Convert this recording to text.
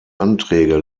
anträge